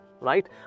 right